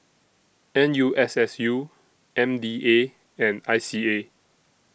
N U S S U M D A and I C A